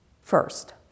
first